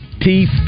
Teeth